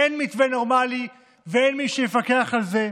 אין מתווה נורמלי, ואין מי שיפקח על זה.